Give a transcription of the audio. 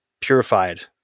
purified